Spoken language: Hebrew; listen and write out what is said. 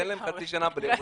תן להם חצי שנה בלי ההורים,